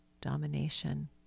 domination